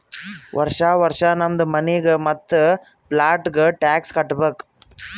ವರ್ಷಾ ವರ್ಷಾ ನಮ್ದು ಮನಿಗ್ ಮತ್ತ ಪ್ಲಾಟ್ಗ ಟ್ಯಾಕ್ಸ್ ಕಟ್ಟಬೇಕ್